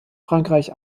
frankreich